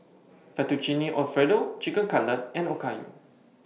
Fettuccine Alfredo Chicken Cutlet and Okayu